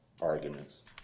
arguments